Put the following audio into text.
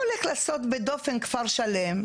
הוא הולך לעשות בדופן כפר שלם,